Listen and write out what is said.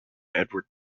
edward